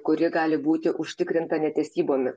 kuri gali būti užtikrinta netesybomi